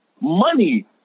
money